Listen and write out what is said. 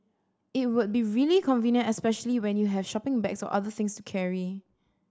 it would be really convenient especially when you have shopping bags or other things to carry